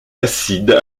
acide